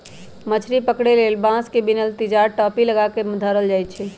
मछरी पकरे लेल बांस से बिनल तिजार, टापि, लगा क मछरी धयले जाइ छइ